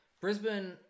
Brisbane